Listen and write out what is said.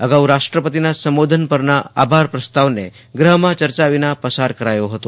અગાઉ રાષ્ટ્રપતિના સંબોધન પરના આભાર પ્રસ્તાવને ગૂહે ચર્ચા વિના પસાર કર્યો હતો